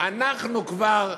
אנחנו כבר,